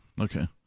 Okay